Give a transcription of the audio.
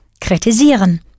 Kritisieren